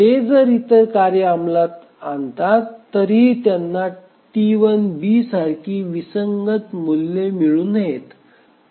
ते जरी इतर कार्ये अंमलात आणतात तरीही त्यांना T1 bसारखी विसंगत मूल्ये मिळू नयेत